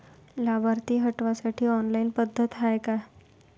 लाभार्थी हटवासाठी ऑनलाईन पद्धत हाय का?